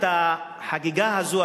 החגיגה הזאת,